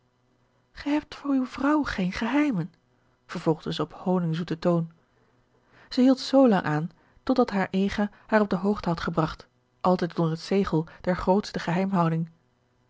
gij hebt voor uwe vrouw geene geheimen vervolgde zij op honingzoeten toon zij hield zoo lang aan tot dat haar ega haar op de hoogte had gebragt altijd onder het zegel der grootste geheimhouding